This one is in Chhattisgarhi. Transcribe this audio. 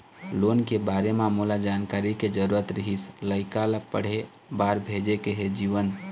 लोन के बारे म मोला जानकारी के जरूरत रीहिस, लइका ला पढ़े बार भेजे के हे जीवन